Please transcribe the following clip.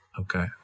Okay